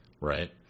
right –